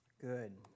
Good